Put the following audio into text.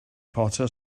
potter